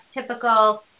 Typical